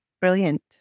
Brilliant